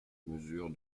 mesure